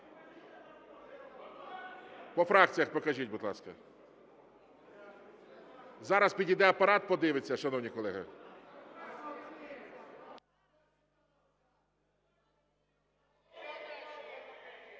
По фракціях покажіть, будь ласка. Зараз підійде Апарат, подивиться, шановні колеги. (Шум